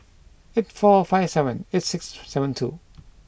eight four five seven eight six seven two